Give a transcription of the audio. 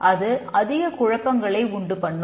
அது அதிகக் குழப்பங்களை உண்டு பண்ணும்